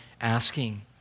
asking